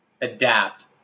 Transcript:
adapt